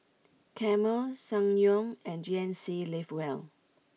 Camel Ssangyong and G N C live well